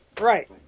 right